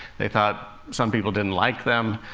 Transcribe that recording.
they thought some people didn't like them.